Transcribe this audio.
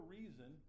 reason